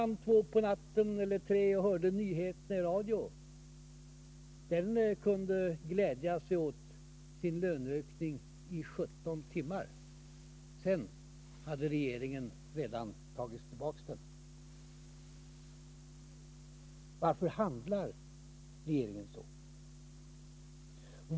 2 eller 3 på natten och hörde nyheterna i radio kunde glädja sig åt sin löneökning i 17 timmar. Sedan hade regeringen tagit tillbaka den. Varför handlar regeringen så?